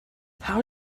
how